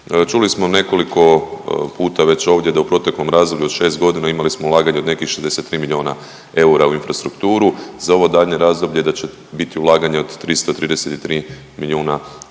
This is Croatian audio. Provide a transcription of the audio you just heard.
Čuli smo nekoliko puta već ovdje da u proteklom razdoblju od 6 godina imali smo ulaganje od nekih 63 milijuna eura u infrastrukturu. Za ovo daljnje razdoblje da će biti ulaganja od 333 milijuna eura.